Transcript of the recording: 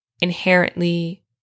inherently